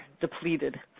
depleted